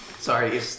Sorry